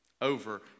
over